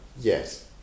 Yes